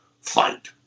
fight